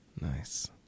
Nice